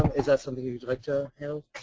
is that something you'd like to you know